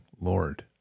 Lord